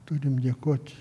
turim dėkot